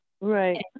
right